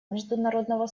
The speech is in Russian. международного